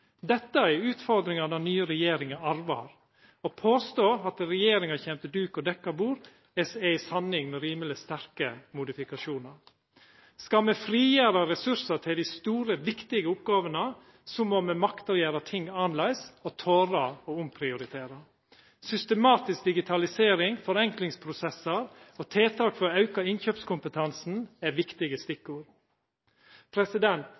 Dette er utfordringar den nye regjeringa arvar. Å påstå at regjeringa kjem til duk og dekt bord er ei sanning med rimeleg sterke modifikasjonar. Skal me frigjera ressursar til dei store viktige oppgåvene, må me makta å gjera ting annleis og tåla å omprioritera. Systematisk digitalisering, forenklingsprosessar og tiltak for å auka innkjøpskompetansen er viktige